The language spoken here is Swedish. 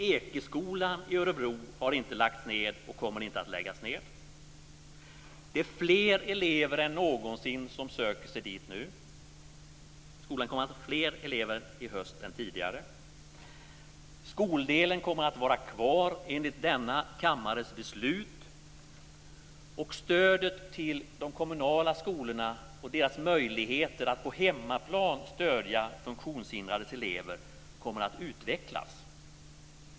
Ekeskolan i Örebro har inte lagts ned och kommer inte att läggas ned. Det är fler elever än någonsin som söker sig dit nu. Skolan kommer att ha fler elever i höst än tidigare. Skoldelen kommer att vara kvar enligt denna kammares beslut, och stödet till de kommunala skolorna och deras möjligheter att på hemmaplan stödja funktionshindrade elever kommer att utvecklas.